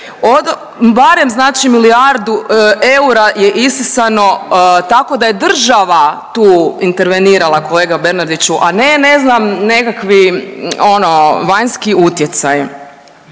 barem znači milijardu eura je isisano tako da je država tu intervenirala kolega Bernardiću, a ne ne znam nekakvi ono vanjskih utjecaji.